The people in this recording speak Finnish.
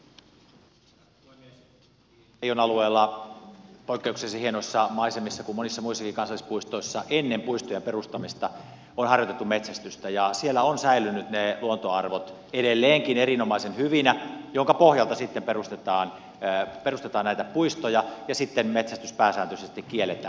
niin teijon alueella poikkeuksellisen hienoissa maisemissa kuin monissa muissakin kansallispuistoissa on ennen puistojen perustamista harjoitettu metsästystä ja siellä ovat säilyneet ne luontoarvot edelleenkin erinomaisen hyvinä minkä pohjalta sitten perustetaan näitä puistoja ja sitten metsästys pääsääntöisesti kielletään